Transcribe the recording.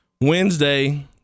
Wednesday